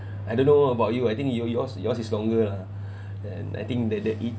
I don't know about you I think you yours yours is longer ah than I think that the it~